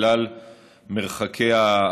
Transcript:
בגלל המרחקים,